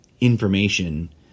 information